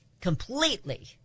completely